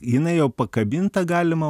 jinai jau pakabinta galima